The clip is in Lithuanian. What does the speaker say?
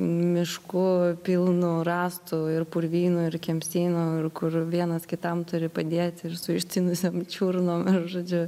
mišku pilnu rąstų ir purvynu ir kemsynu ir kur vienas kitam turi padėti ir su ištinusia čiurna na žodžiu